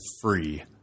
free